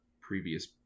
previous